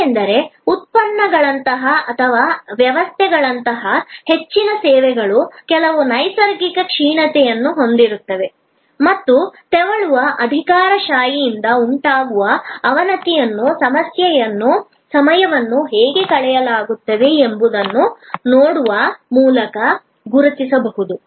ಏಕೆಂದರೆ ಉತ್ಪನ್ನಗಳಂತಹ ಅಥವಾ ವ್ಯವಸ್ಥೆಗಳಂತಹ ಹೆಚ್ಚಿನ ಸೇವೆಗಳು ಕೆಲವು ನೈಸರ್ಗಿಕ ಕ್ಷೀಣತೆಯನ್ನು ಹೊಂದಿರುತ್ತವೆ ಮತ್ತು ತೆವಳುವ ಅಧಿಕಾರಶಾಹಿಯಿಂದ ಉಂಟಾಗುವ ಅವನತಿಯನ್ನು ಸಮಯವನ್ನು ಹೇಗೆ ಕಳೆಯಲಾಗುತ್ತದೆ ಎಂಬುದನ್ನು ನೋಡುವ ಮೂಲಕ ಗುರುತಿಸಬಹುದು